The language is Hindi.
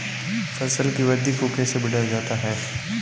फसल की वृद्धि को कैसे बढ़ाया जाता हैं?